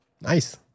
nice